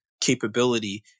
capability